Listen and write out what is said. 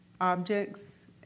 objects